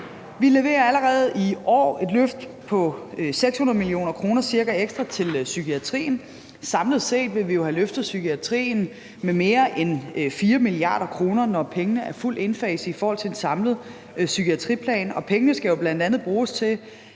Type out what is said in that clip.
Vi leverer allerede i år et løft på ca. 600 mio. kr. ekstra til psykiatrien, og samlet set vil vi have løftet psykiatrien med mere end 4 mia. kr., når pengene er fuldt indfaset i forhold til den samlede psykiatriplan. Og pengene skal jo bl.a. bruges til,